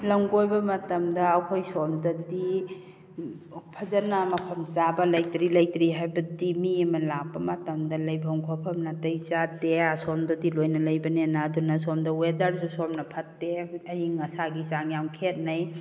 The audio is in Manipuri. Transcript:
ꯂꯝ ꯀꯣꯏꯕ ꯃꯇꯝꯗ ꯑꯩꯈꯣꯏ ꯁꯣꯝꯗꯗꯤ ꯐꯖꯅ ꯃꯐꯝ ꯆꯥꯕ ꯂꯩꯇ꯭ꯔꯤ ꯂꯩꯇ꯭ꯔꯤ ꯍꯥꯏꯕꯗꯤ ꯃꯤ ꯑꯃ ꯂꯥꯛꯄ ꯃꯇꯝꯗ ꯂꯩꯐꯝ ꯈꯣꯠꯐꯝ ꯅꯥꯇꯩ ꯆꯥꯗꯦ ꯑꯁꯣꯝꯗꯗꯤ ꯂꯣꯏꯅ ꯂꯩꯕꯅꯤꯅ ꯑꯗꯨꯅ ꯁꯣꯝꯗ ꯋꯦꯗꯔꯁꯨ ꯁꯣꯝꯅ ꯐꯠꯇꯦ ꯑꯌꯤꯡ ꯑꯁꯥꯒꯤ ꯆꯥꯡ ꯌꯥꯝ ꯈꯦꯠꯅꯩ